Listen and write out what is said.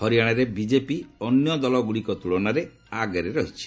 ହରିୟାଣାରେ ବିଜେପି ଅନ୍ୟ ଦଳଗୁଡ଼ିକ ତୁଳନାରେ ଆଗରେ ରହିଛି